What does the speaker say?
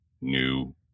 new